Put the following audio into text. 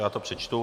Já to přečtu.